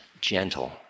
gentle